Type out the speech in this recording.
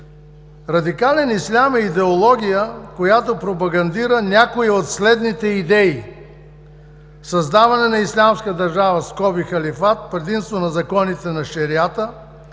„Радикален ислям“ е идеология, която пропагандира някоя от следните идеи: създаване на Ислямска държава (Халифат); предимство на законите на Шериата